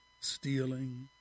stealing